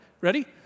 Ready